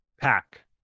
Pack